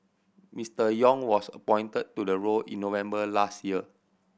Mister Yong was appointed to the role in November last year